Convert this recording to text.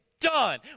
done